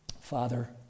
Father